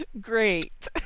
Great